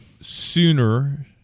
sooner